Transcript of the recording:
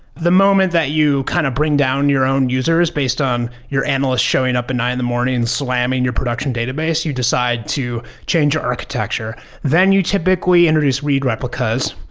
the moment that you kind of bring down your own users based on your analyst showing up at nine in the morning and slamming your production database, you decide to change your architecture. then you typically introduce read replicas,